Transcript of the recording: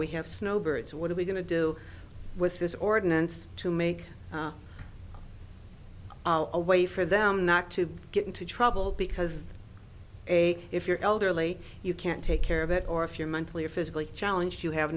we have snowbirds what are we going to do with this ordinance to make a way for them not to get into trouble because if you're elderly you can't take care of it or if you're mentally or physically challenged you have